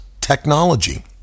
technology